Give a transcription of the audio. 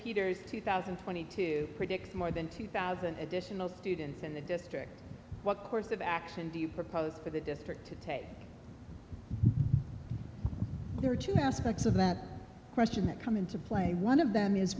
peters two thousand and twenty two predicts more than two thousand additional students in the district what course of action do you propose for the district to take there are two aspects of the question that come into play one of them is